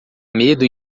medo